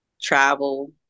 travel